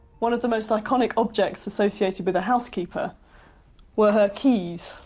one of the most iconic objects associated with the housekeeper were her keys,